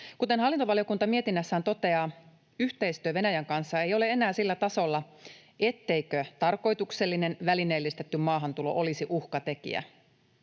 Kuten hallintovaliokunta mietinnössään toteaa, yhteistyö Venäjän kanssa ei ole enää sillä tasolla, etteikö tarkoituksellinen välineellistetty maahantulo olisi uhkatekijä.